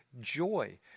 joy